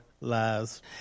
lives